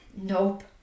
nope